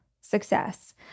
success